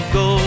go